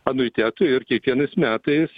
anuitetų ir kiekvienais metais